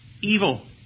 evil